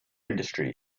industry